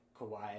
Kawhi